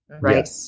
Right